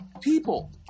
people